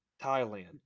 Thailand